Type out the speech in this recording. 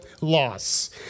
loss